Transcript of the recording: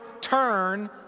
turn